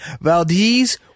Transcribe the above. Valdez